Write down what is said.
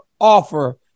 offer